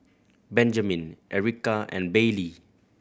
Benjaman Ericka and Bailey